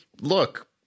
look